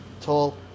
tall